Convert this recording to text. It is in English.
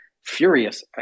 furious